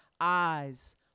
eyes